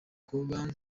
kuba